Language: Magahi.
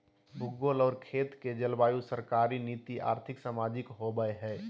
भूगोल और खेत के जलवायु सरकारी नीति और्थिक, सामाजिक होबैय हइ